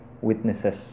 witnesses